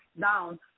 down